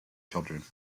children